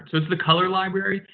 so the color library.